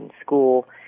school